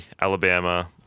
Alabama